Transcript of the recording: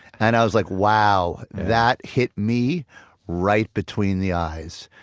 and i was like, wow, that hit me right between the eyes,